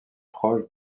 proche